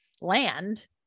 land